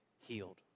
healed